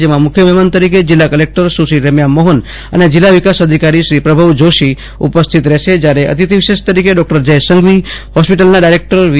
જેમા મુખ્ય મહેમાન તરીકે જિલ્લા કલેક્ટર સુશ્રી રેમ્યા મોહન જિલ્લા વિકાસ અધિકારીશ્રી પ્રભવ જોષી ઉપસ્થિત રહેશે જયારે અતિથિ વિશેષ તરીકે ડોક્ટર જય સંઘવી હોસ્પિટલના ડોક્ટર વી